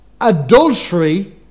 Adultery